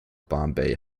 bombay